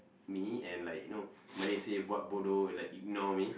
me and like you know Malay say buat bodoh like ignore me